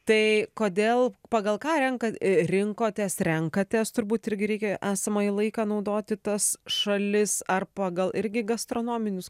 tai kodėl pagal ką renka rinkotės renkatės turbūt irgi reikia esamąjį laiką naudoti tas šalis ar pagal irgi gastronominius